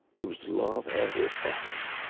it was love at its best.